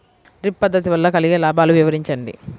Drip పద్దతి వల్ల కలిగే లాభాలు వివరించండి?